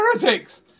Heretics